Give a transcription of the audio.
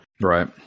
Right